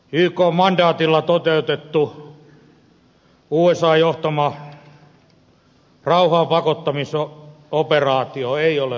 ykn mandaatilla toteutettu usan johtama rauhaanpakottamisoperaatio ei ole onnistunut lähtökohtaisesti